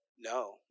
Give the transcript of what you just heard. No